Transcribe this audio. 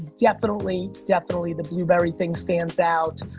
definitely, definitely, the blueberry thing stands out.